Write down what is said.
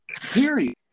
Period